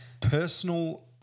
personal